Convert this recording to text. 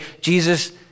Jesus